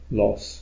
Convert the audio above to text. loss